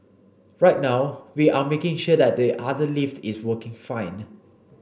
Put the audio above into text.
right now we are making sure that the other lift is working fine